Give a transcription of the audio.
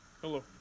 Hello